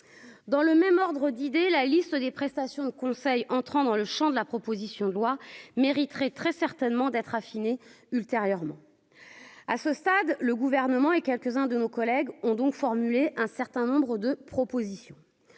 dans le même ordre d'idée, la liste des prestations de conseil entrant dans le Champ de la proposition de loi mériterait très certainement d'être affiné ultérieurement à ce stade, le gouvernement et quelques-uns de nos collègues ont donc formulé un certain nombre de propositions,